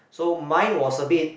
so mine was a bit